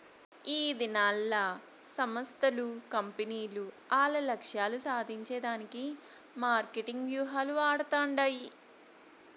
ఈదినాల్ల సంస్థలు, కంపెనీలు ఆల్ల లక్ష్యాలు సాధించే దానికి మార్కెటింగ్ వ్యూహాలు వాడతండాయి